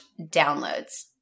downloads